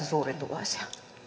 suurituloisia